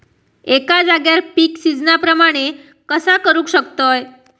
एका जाग्यार पीक सिजना प्रमाणे कसा करुक शकतय?